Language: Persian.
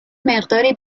مقداری